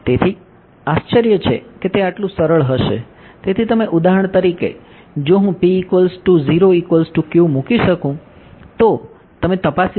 તેથી આશ્ચર્ય છે કે તે આટલું સરળ હશે તેથી તમે ઉદાહરણ તરીકે જો હું p 0 q મૂકી શકું તો તમે તપાસી શકો છો